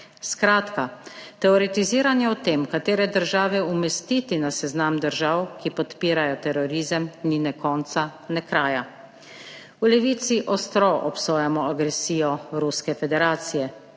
Skratka, teoretiziranje o tem, katere države umestiti na seznam držav, ki podpirajo terorizem, ni ne konca ne kraja. V Levici ostro obsojamo agresijo Ruske federacije.